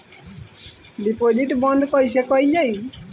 Deposit बंद कैसे कैल जाइ?